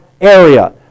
area